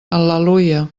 al·leluia